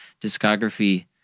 discography